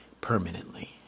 permanently